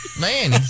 Man